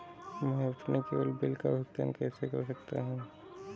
मैं अपने केवल बिल का भुगतान कैसे कर सकता हूँ?